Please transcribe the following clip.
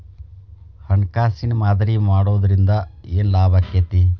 ಹಣ್ಕಾಸಿನ್ ಮಾದರಿ ಮಾಡಿಡೊದ್ರಿಂದಾ ಏನ್ ಲಾಭಾಕ್ಕೇತಿ?